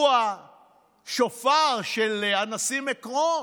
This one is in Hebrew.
שהוא השופר של הנשיא מקרון,